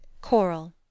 Coral